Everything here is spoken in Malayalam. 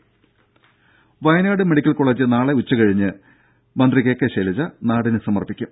ദേദ വയനാട് മെഡിക്കൽ കോളെജ് നാളെ ഉച്ചകഴിഞ്ഞ് മന്ത്രി കെ കെ ശൈലജ നാടിന് സമർപ്പിക്കും